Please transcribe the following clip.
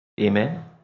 amen